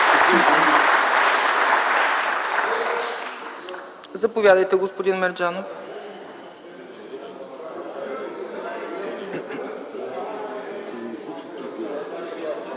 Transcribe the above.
Заповядайте, господин Мерджанов.